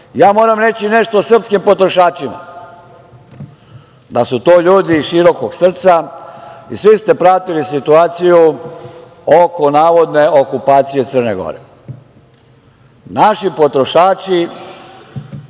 zakona. Moram reći nešto o srpskim potrošačima - da su to ljudi širokog srca. Svi ste pratili situaciju oko navodne okupacije Crne Gore. Naši potrošači